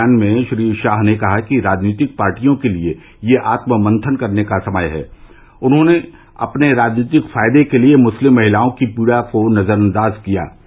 एक बयान में श्री शाह ने कहा कि राजनीतिक पार्टियों के लिए यह आत्म मंथन करने का समय है जिन्होंने अपने राजनीतिक फायदे के लिए मुस्लिम महिलाओं की पीड़ा को नजरअंदाज किया